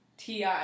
Ti